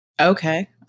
Okay